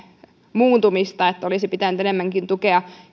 muuntumista kun olisi pitänyt enemmänkin tukea